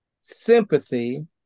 sympathy